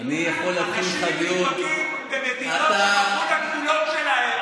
אנשים נדבקים ומדינות פתחו את הגבולות שלהן,